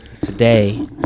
today